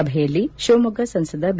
ಸಭೆಯಲ್ಲಿ ಶಿವಮೊಗ್ಗ ಸಂಸದ ಬಿ